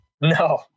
No